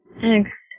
Thanks